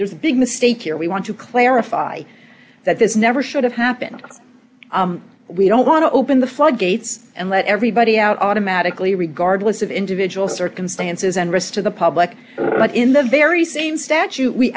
there's a big mistake here we want to clarify that this never should have happened we don't want to open the floodgates and let everybody out automatically regardless of individual circumstances and rest of the public but in the very same statute we